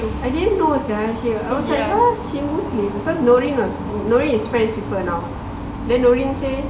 I didn't know sia she I was like !huh! she muslim cause nurin is friends with her now then nurin say